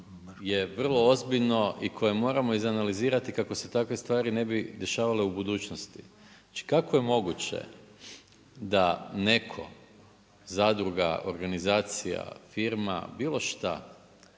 je vrlo ozbiljno i koje moramo izanalizirati kako se takve stvari ne bi dešavale u budućnosti. Kako je moguće da netko zadruga, organizacija, firma, bilo šta,